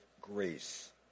grace